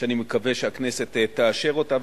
שאני מקווה שהכנסת תאשר אותה,